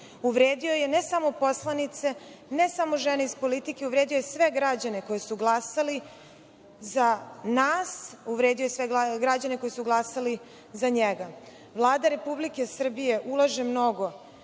Uvredio je ne samo poslanice, ne samo žene iz politike, uvredio je sve građane koji su glasali za nas, uvredio je sve građane koji su glasali za njega. Vlada Republike Srbije ulaže mnogo